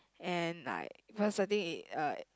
and like personally uh